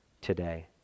today